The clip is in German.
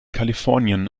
kalifornien